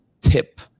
tip